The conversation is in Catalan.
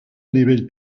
nivell